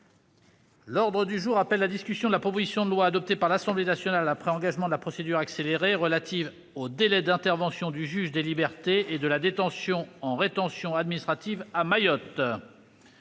L'ordre du jour appelle la discussion de la proposition de loi, adoptée par l'Assemblée nationale après engagement de la procédure accélérée, relative au délai d'intervention du juge des libertés et de la détention en rétention administrative à Mayotte